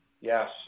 yes